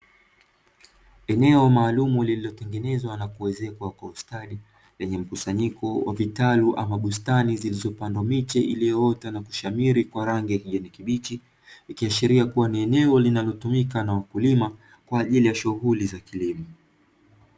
Eneo maalumu lililotengenezwa na kuezekwa kwa ustadi lenye mkusanyiko wa vitalu ama bustani zilizopandwa miche iliyoota na kushamiri kwa rangi ya kijani kibichi, likiashiria kubwa ni eneo linalotumika na wakulima kwa ajili ya shughuli za kilimo.